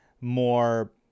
more